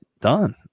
done